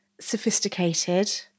sophisticated